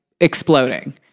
exploding